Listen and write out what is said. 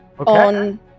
on